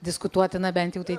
diskutuotina bent jau tai